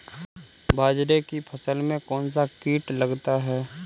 बाजरे की फसल में कौन सा कीट लगता है?